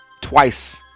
twice